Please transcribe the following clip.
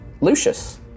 Lucius